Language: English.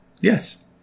yes